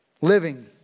Living